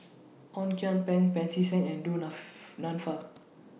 Ong Kian Peng Pancy Seng and Du Nanfa